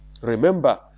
remember